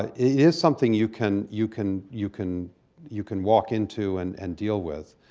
ah is something you can you can you can you can walk into and and deal with.